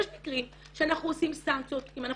יש מקרים שאנחנו עושים סנקציות אם אנחנו